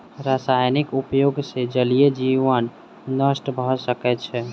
रासायनिक उपयोग सॅ जलीय जीवन नष्ट भ सकै छै